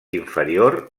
inferior